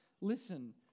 listen